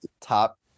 top